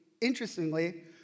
interestingly